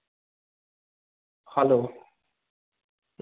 hello